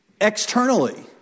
externally